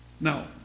Now